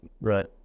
right